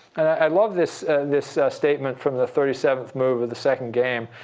i love this this statement from the thirty seventh move of the second game.